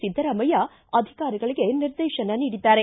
ಸಿದ್ದರಾಮಯ್ಯ ಅಧಿಕಾರಿಗಳಿಗೆ ನಿರ್ದೇಶನ ನೀಡಿದ್ದಾರೆ